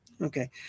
Okay